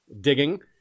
digging